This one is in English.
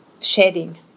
shedding